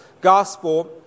gospel